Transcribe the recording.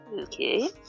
Okay